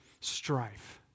strife